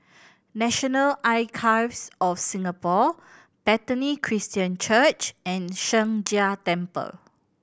National Archives of Singapore Bethany Christian Church and Sheng Jia Temple